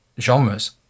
genres